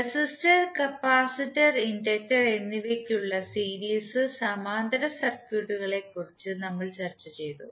resistor capacitor inductor എന്നിവയ്ക്കുള്ള series സമാന്തര സർക്യൂട്ടുകളെക്കുറിച്ച് നമ്മൾ ചർച്ച ചെയ്തു